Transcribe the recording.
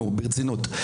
ברצינות,